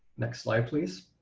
next slide please.